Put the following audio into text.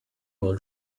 will